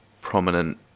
prominent